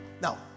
Now